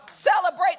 Celebrate